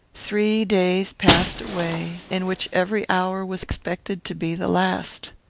three days passed away, in which every hour was expected to be the last.